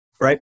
right